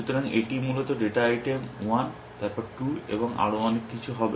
সুতরাং এটি মূলত ডেটা আইটেম 1 তারপর 2 এবং আরও অনেক কিছু হবে